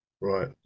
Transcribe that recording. right